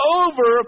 over